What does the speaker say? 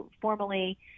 formally